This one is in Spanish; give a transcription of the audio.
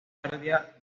tardía